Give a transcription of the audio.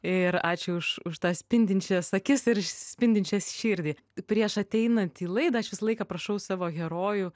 ir ačiū už už tą spindinčias akis ir spindinčias širdį prieš ateinant į laidą aš visą laiką prašau savo herojų